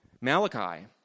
Malachi